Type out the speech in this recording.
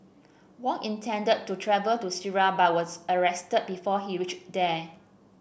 Wang intended to travell to Syria but was arrested before he reached there